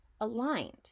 aligned